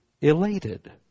elated